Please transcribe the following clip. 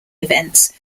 events